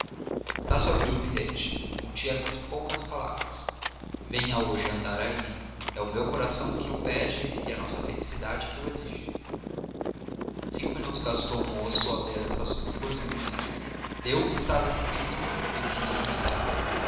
estácio abriu o bilhete continha estas poucas palavras venha hoje a andaraí é o meu coração que o pede e a nossa felicidade que o exige cinco minutos gastou o moço a ler as duas linhas leu o que estava escrito e o que não estava